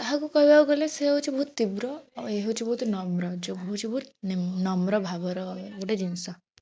ତାହାକୁ କହିବାକୁ ଗଲେ ସେ ହେଉଛି ବହୁତ ତୀବ୍ର ଆଉ ଏ ହେଉଛି ବହୁତ ନମ୍ର ଯୋଗ ହେଉଛି ବହୁତ ନମ୍ର ଭାବର ଗୋଟେ ଜିନିଷ